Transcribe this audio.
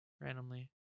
randomly